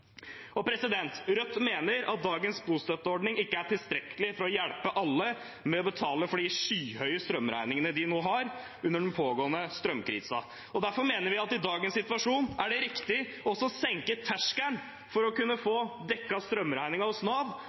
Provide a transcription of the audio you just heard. Rødt mener at dagens bostøtteordning ikke er tilstrekkelig for å hjelpe alle med å betale for de skyhøye strømregningene de nå har under den pågående strømkrisen. Derfor mener vi at i dagens situasjon er det riktig å senke terskelen for å kunne få dekket strømregningen hos Nav